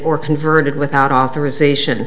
or converted without authorization